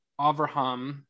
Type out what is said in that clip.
Avraham